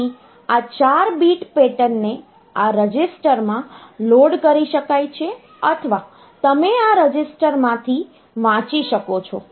તેથી આ 4 bit pattern ને આ રજિસ્ટરમાં લોડ કરી શકાય છે અથવા તમે આ રજિસ્ટરમાંથી વાંચી શકો છો